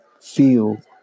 feel